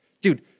dude